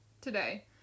today